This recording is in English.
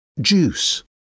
juice